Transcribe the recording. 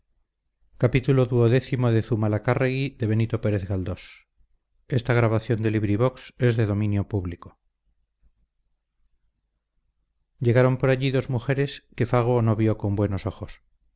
llegaron por allí dos mujeres que fago no vio con buenos ojos